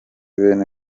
bene